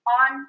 on